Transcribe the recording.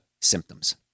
symptoms